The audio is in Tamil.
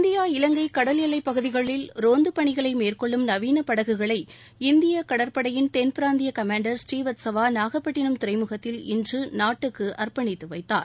இந்தியா இலங்கை கடல் எல்லைப்பகுதிகளில் ரோந்து பணிகளை மேற்கொள்ளும் நவீன படகுகளை இந்திய கடற்படையின் தென்பிராந்திய கமாண்டர் ஸ்ரீவஸ்தவா நாகப்பட்டினம் துறைமுகத்தில் இன்று நாட்டுக்கு அர்ப்பணித்து வைத்தார்